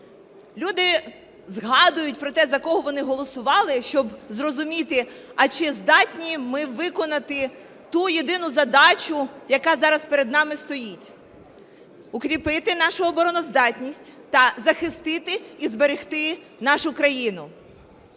Люди згадують про те, за кого вони голосували, щоб зрозуміти, а чи здатні ми виконати ту єдину задачу, яка зараз перед нами стоїть: укріпити нашу обороноздатність та захистити і зберегти нашу країну.